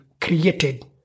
created